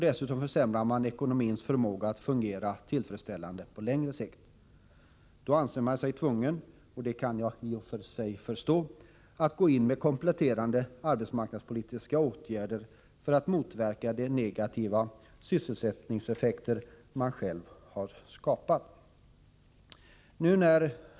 Dessutom försämrar man ekonomins förmåga att fungera tillfredsställande på längre sikt. Då anser man sig tvungen — det kan jag i och för sig förstå — att gå in med kompletterande arbetsmarknadspolitiska åtgärder för att motverka de negativa sysselsättningseffekter som man själv har skapat.